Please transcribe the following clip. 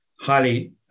highly